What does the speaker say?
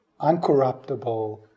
uncorruptible